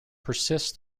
persists